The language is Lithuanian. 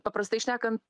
paprastai šnekant